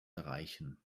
erreichen